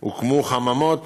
הוקמו חממות